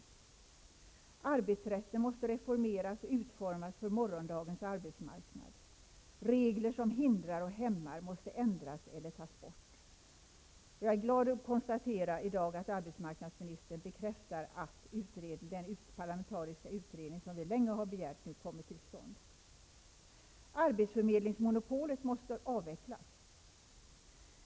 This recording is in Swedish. Arbetsrätten måste reformeras och utformas för morgondagens arbetsmarknad. Regler som hindrar och hämmar måste ändras eller tas bort. Det gläder mig att jag i dag kan konstatera att arbetsmarknadsministern bekräftar att den parlamentariska utredning som vi länge har begärt nu kommer till stånd. Arbetsförmedlingsmonopolet måste avvecklas.